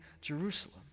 Jerusalem